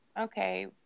okay